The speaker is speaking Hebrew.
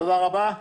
תודה רבה.